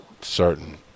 certain